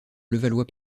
levallois